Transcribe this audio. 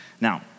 Now